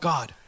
God